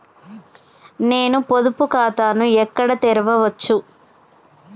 నేను పొదుపు ఖాతాను ఎక్కడ తెరవచ్చు?